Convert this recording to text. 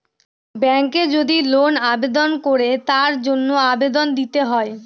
ব্যাঙ্কে যদি লোন আবেদন করে তার জন্য আবেদন দিতে হয়